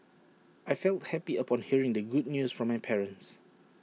I felt happy upon hearing the good news from my parents